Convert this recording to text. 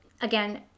again